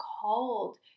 called